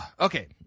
Okay